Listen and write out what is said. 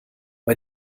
bei